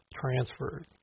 transferred